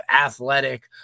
athletic